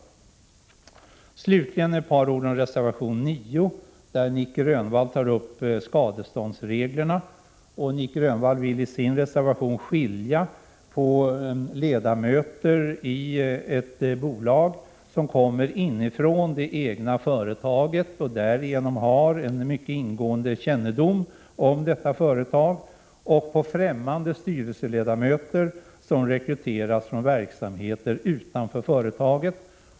Slutligen ett par ord om reservation 9, där Nic Grönvall tar upp skadeståndsreglerna. Han vill i sin reservation skilja på ledamöter i en bolagsstyrelse som kommer inifrån det egna företaget och därigenom har en mycket ingående kännedom om detta företag och främmande styrelseledamöter, som rekryteras från verksamheter utanför företaget.